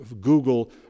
Google